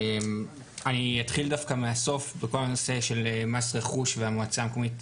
אני אתחיל דווקא מהסוף בכל הנושא של מס רכוש והמועצה המקומית,